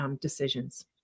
decisions